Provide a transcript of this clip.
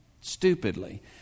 stupidly